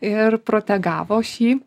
ir protegavo šį